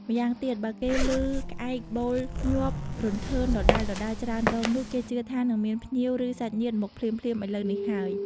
ម្យ៉ាងទៀត បើគេឮក្អែកបូលញាប់រន្ថើនដដែលៗច្រើនដងនោះ គេជឿថា នឹងមានភ្ញៀវ ឬសាច់ញាតិមកភ្លាមៗឥឡូវនេះហើយ។